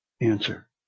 answer